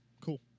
Cool